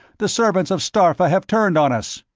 the servants of starpha have turned on us.